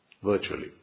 Virtually